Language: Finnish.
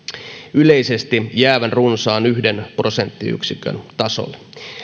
yleisesti jäävän runsaan yhden prosenttiyksikön tasolle